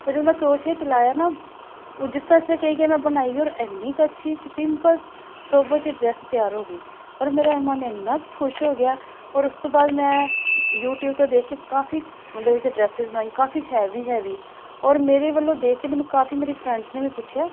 ਉਹ ਜਦੋਂ ਮੈਂ ਕਰੋੋਸ਼ੀਆ ਚਲਾਇਆ ਨਾ ਉਹ ਜਿਸ ਤਰ੍ਹਾਂ ਜਿਸ ਤਰ੍ਹਾਂ ਕਹੀ ਗਏ ਮੈਂ ਬਣਾਈ ਗਈ ਔਰ ਐਨੀ ਕੁ ਅੱਛੀ ਇੱਕ ਸਿੰਪਲ ਸੁੱਭਰ ਜਿਹੀ ਡਰੈੱਸ ਤਿਆਰ ਹੋ ਗਈ ਔਰ ਮੇਰਾ ਮਨ ਐਨਾ ਕੁ ਖੁਸ਼ ਹੋ ਗਿਆ ਔਰ ਉਸ ਤੋਂ ਬਾਅਦ ਮੈਂ ਯੂਟਿਊਬ ਤੋਂ ਦੇਖ ਕੇ ਕਾਫੀ ਮਤਲਬ ਕਿ ਡਰੈਸਿਜ਼ ਬਣਾਈ ਕਾਫੀ ਹੈਵੀ ਹੈਵੀ ਔਰ ਮੇਰੇ ਵੱਲ ਦੇਖ ਕੇ ਮੈਨੂੰ ਕਾਫੀ ਮੇਰੇ ਫਰੈਂਡਸ ਨੇ ਵੀ ਪੁੱਛਿਆ